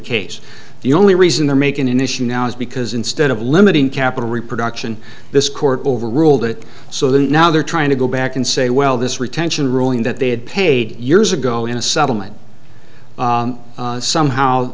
case the only reason they're making an issue now is because instead of limiting capital reproduction this court overruled it so that now they're trying to go back and say well this retention ruling that they had paid years ago in a settlement somehow